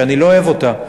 שאני לא אוהב אותה,